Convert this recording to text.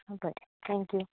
बरें थँक्यू